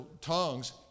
tongues